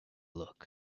look